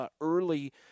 early